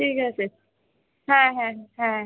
ঠিক আছে হ্যাঁ হ্যাঁ হ্যাঁ